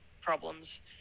problems